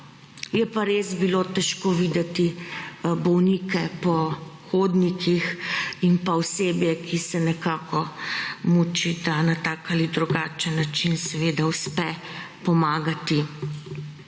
je pa res bilo težko videti bolnike po hodnikih in pa osebje, ki se nekako mučita na tak ali drugačen način seveda uspe pomagati